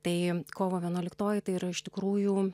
tai kovo vienuoliktoji tai yra iš tikrųjų